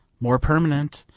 more permanent,